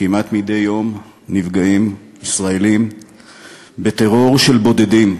כמעט מדי יום נפגעים ישראלים בטרור של בודדים.